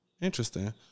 interesting